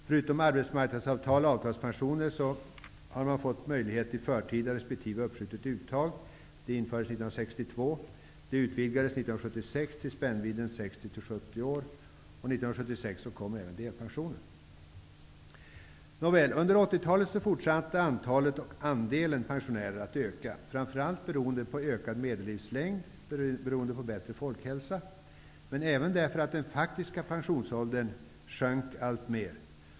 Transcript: Förutom avtalspensioner i arbetsmarknadsavtal har det nu getts möjlighet till förtida resp. Nåväl, under 80-talet fortsatte antalet och andelen pensionärer att öka, framför allt beroende på längre medellivslängd tack vare en bättre folkhälsa, men även för att den faktiska pensionsåldern sjönk alltmer.